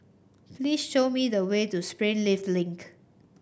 please show me the way to Springleaf Link